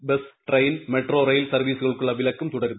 എല്ലാ bus train metro rail സർവീസുകൾക്കുള്ള വിലക്കും തുടരും